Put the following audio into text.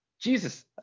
Jesus